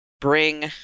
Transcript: bring